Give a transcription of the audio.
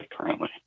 currently